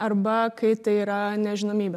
arba kai tai yra nežinomybė